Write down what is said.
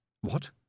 What